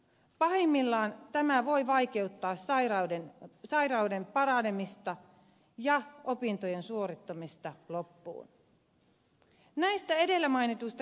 pahimmillaan tämä voi vaikeuttaa sairauden paranemista ja opintojen suorittamista loppuun